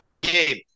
game